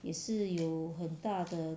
也是有很大的